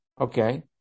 Okay